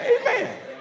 Amen